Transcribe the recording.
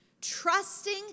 trusting